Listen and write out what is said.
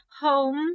home